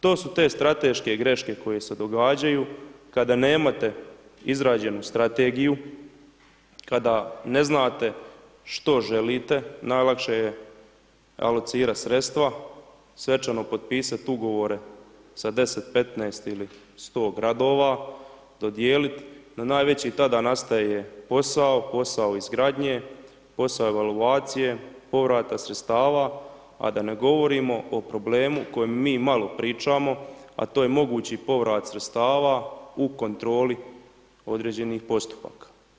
To su te strateške greške koje se događaju kada nemate izrađenu strategiju, kada ne znate što želite, najlakše je alocirati sredstva, svečano potpisati ugovore sa 10, 15 ili 100 gradova, dodijeliti, no najveći tada nastaje posao, posao izgradnje, posao evaluacije, povrata sredstava a da ne govorimo o problemu o kojem mi malo pričamo a to je mogući povrat sredstava u kontroli određenih postupaka.